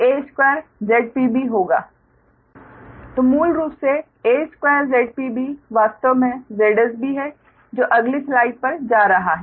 तो मूल रूप से a2 ZpB वास्तव में ZsB है जो अगली स्लाइड पर जा रहा है